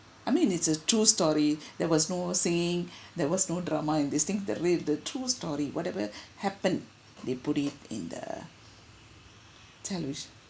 I mean it's a true story there was no saying there was no drama in this thing the real the true story whatever happened they put it in the television